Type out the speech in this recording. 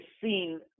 seen